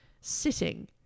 sitting